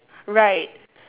right